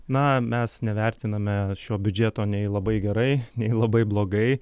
na mes nevertiname šio biudžeto nei labai gerai nei labai blogai